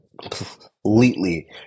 Completely